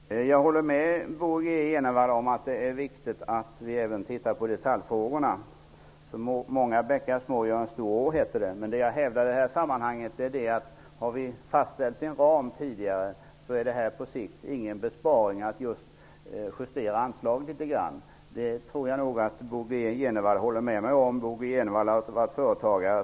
Herr talman! Jag håller med Bo G Jenevall om att det är viktigt att vi även tittar på detaljfrågorna. Många bäckar små gör en stor å, heter det. Men det jag hävdar i detta sammanhang är, att har vi tidigare fastställt en ram, innebär det på sikt ingen besparing att justera anslag litet grand. Det tror jag nog att Bo G Jenevall håller med mig om. Bo G Jenevall har varit företagare.